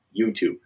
YouTube